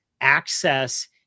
access